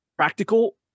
practical